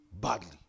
badly